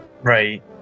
right